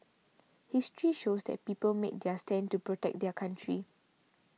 history shows that people made their stand to protect their country